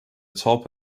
top